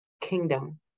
kingdom